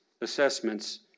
assessments